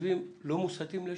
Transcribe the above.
התקציבים לא מוסטים לשם?